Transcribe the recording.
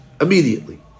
immediately